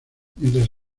mientras